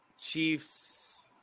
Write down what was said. chiefs